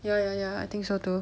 ya ya ya I think so too